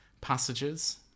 Passages